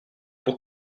pour